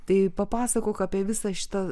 tai papasakok apie visą šitą